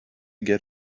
get